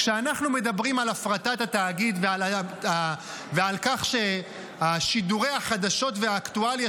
כשאנחנו מדברים על הפרטת התאגיד ועל כך ששידורי החדשות והאקטואליה